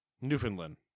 Newfoundland